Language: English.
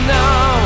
now